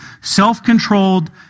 self-controlled